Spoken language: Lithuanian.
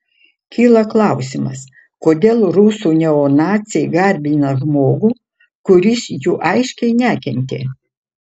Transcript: kyla klausimas kodėl rusų neonaciai garbina žmogų kuris jų aiškiai nekentė